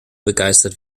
begeistert